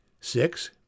Six